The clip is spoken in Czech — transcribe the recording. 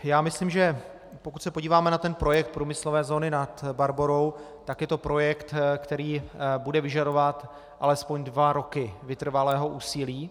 Já myslím, že pokud se podíváme na projekt průmyslové zóny Nad Barborou, tak je to projekt, který bude vyžadovat alespoň dva roky vytrvalého úsilí.